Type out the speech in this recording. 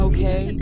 Okay